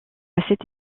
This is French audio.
cette